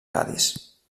cadis